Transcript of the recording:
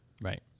Right